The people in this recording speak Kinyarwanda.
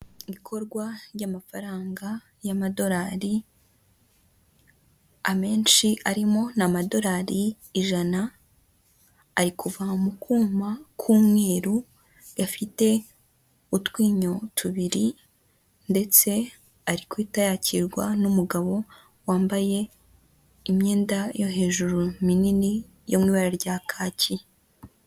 Ikorwa ry'amafaranga y'amadolari amenshi arimo ni amadolari ijana, ari kuva mu kuma k'umweru gafite utwinyo tubiri ndetse ari guhita yakirwa n'umugabo wambaye imyenda yo hejuru minini yo mu iba rya kaki.